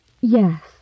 yes